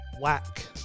whack